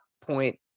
point